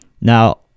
Now